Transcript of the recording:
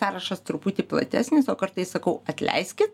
sąrašas truputį platesnis o kartais sakau atleiskit